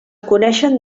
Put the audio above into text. coneixen